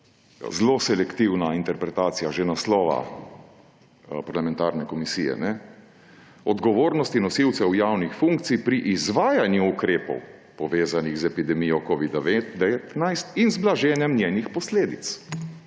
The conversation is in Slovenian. Zelo selektivna interpretacija že naslova parlamentarne komisije: odgovornosti nosilcev javnih funkcij pri izvajanju ukrepov, povezanih z epidemijo covida-19 in z blaženjem njenih posledic.